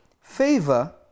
favor